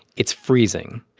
it's freezing.